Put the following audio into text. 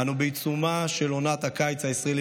אנו בעיצומה של עונת הקיץ הישראלי,